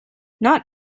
not